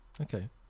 okay